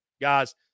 guys